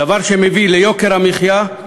דבר שמביא ליוקר המחיה,